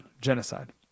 genocide